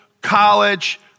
college